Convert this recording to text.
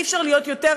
אי-אפשר להיות יותר,